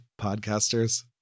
podcasters